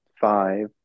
five